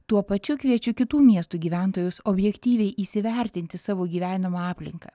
tuo pačiu kviečiu kitų miestų gyventojus objektyviai įsivertinti savo gyvenamą aplinką